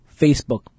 Facebook